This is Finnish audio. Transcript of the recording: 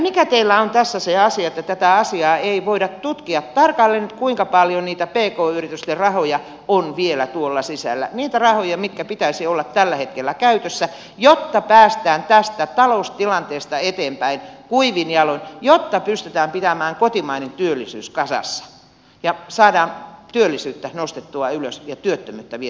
mikä teillä on tässä se asia että tätä asiaa ei voida tutkia tarkalleen kuinka paljon niitä pk yritysten rahoja on vielä tuolla sisällä niitä rahoja joiden pitäisi olla tällä hetkellä käytössä jotta päästään tästä taloustilanteesta eteenpäin kuivin jaloin jotta pystytään pitämään kotimainen työllisyys kasassa ja saadaan työllisyyttä nostettua ylös ja työttömyyttä vietyä alas